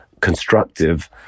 constructive